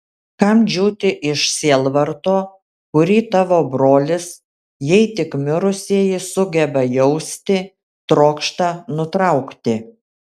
kam džiūti iš sielvarto kurį tavo brolis jei tik mirusieji sugeba jausti trokšta nutraukti